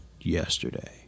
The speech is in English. yesterday